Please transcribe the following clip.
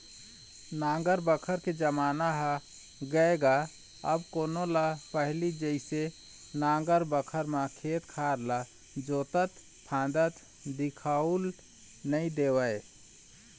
नांगर बखर के जमाना ह गय गा अब कोनो ल पहिली जइसे नांगर बखर म खेत खार ल जोतत फांदत दिखउल नइ देवय